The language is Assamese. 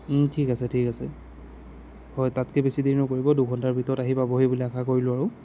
ঠিক আছে ঠিক আছে হয় তাতকৈ বেছি দেৰি নকৰিব দুঘণ্টাৰ ভিতৰত আহি পাবহি বুলি আশা কৰিলোঁ আৰু